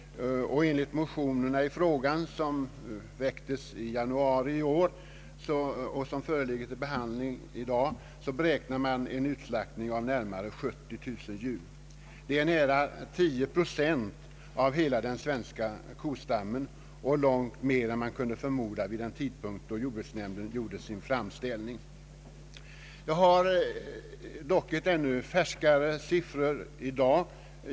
Enligt de motioner i frågan, som väcktes i januari i år och som nu föreligger till behandling, räknar man med en utslaktning av närmare 70 000 djur. Det är nära 10 procent av hela den svenska kostammen och en utslaktning som är långt större än vad man kunde förmoda vid den tidpunkt då jordbruksnämnden gjorde sin framställning. Jag har dock ännu färskare siffror i dag.